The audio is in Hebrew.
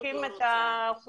שוכחים את האוכלוסייה.